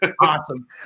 Awesome